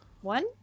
One